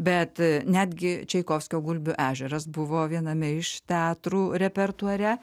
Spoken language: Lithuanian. bet netgi čaikovskio gulbių ežeras buvo viename iš teatrų repertuare